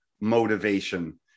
motivation